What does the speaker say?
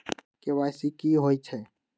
KYC कि होई छई?